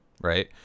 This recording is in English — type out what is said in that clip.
right